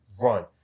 run